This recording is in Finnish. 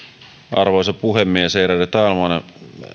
arvoisa puhemies ärade talman